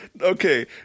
Okay